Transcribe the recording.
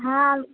हँ